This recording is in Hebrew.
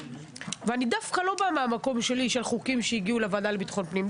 ואני דווקא לא באה מהמקום שלי של חוקים שהגיעו לוועדה לביטחון פנים,